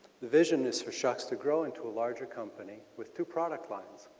the vision is for schucks to grow into a larger company with two product lines.